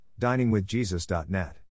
DiningWithJesus.net